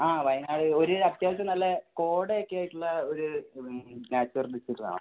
ആ വയനാട് ഒരു അത്യാവശ്യം നല്ല കോട ഒക്കെ ആയിട്ട് ഉള്ള ഒരു നാച്ചുറൽ ഡിസ്ട്രിക്റ്റാണ്